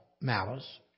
malice